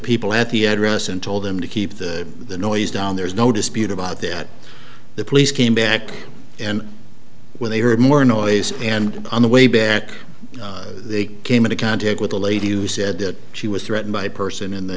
people at the address and told them to keep the noise down there's no dispute about that the police came back in when they heard more noise and on the way back they came into contact with a lady who said that she was threatened by a person in the